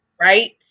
right